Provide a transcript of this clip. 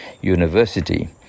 University